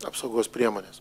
apsaugos priemones